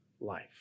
life